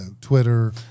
Twitter